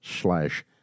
slash